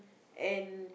and